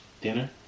Dinner